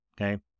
okay